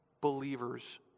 believers